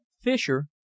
Fisher